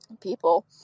people